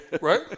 right